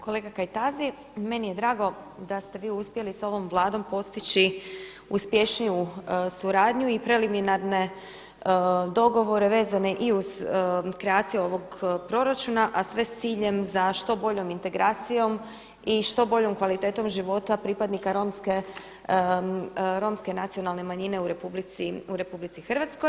Kolega Kajtazi meni je drago da ste vi uspjeli sa ovom Vladom postići uspješniju suradnju i preliminarne dogovore vezane i uz kreacije ovog proračuna a sve s ciljem za što boljom integracijom i što boljom kvalitetom života pripadnika Romske nacionalne manjine u RH.